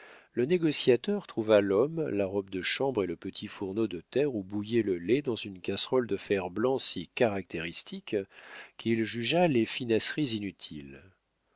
le négociateur trouva l'homme la robe de chambre et le petit fourneau de terre où bouillait le lait dans une casserole de fer-blanc si caractéristiques qu'il jugea les finasseries inutiles